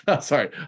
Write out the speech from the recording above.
Sorry